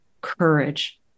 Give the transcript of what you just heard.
Courage